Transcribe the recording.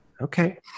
Okay